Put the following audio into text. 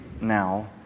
now